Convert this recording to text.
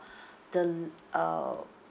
the uh